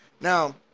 Now